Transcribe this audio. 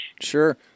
Sure